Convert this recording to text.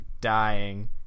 dying